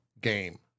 game